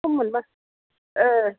सम मोनबा ओह